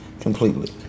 completely